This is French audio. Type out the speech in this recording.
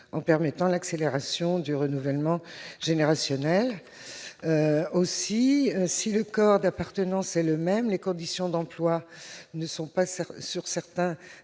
de permettre l'accélération du renouvellement générationnel. En outre, si le corps d'appartenance est le même, les conditions d'emploi, sur certains